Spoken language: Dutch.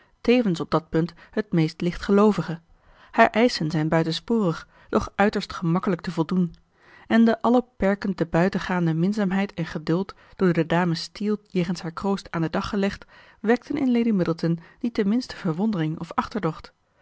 tevens op dat punt het meest lichtgeloovige haar eischen zijn buitensporig doch uiterst gemakkelijk te voldoen en de alle perken te buiten gaande minzaamheid en geduld door de dames steele jegens haar kroost aan den dag gelegd wekten in lady middleton niet de minste verwondering of achterdocht